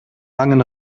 langen